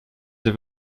the